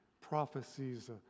prophecies